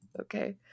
Okay